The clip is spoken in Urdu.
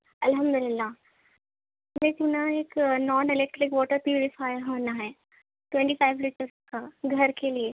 الحمد للہ میرے کو نا ایک نان الیکٹرک واٹر پیوریفائر ہونا ہے ٹونٹی فائیو لیٹرس کا گھر کے لئے